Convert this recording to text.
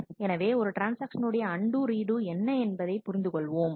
எனவே ஒரு ட்ரான்ஸ்ஆக்ஷன் உடைய அண்டு ரீடு என்ன என்பதை புரிந்து கொள்வோம்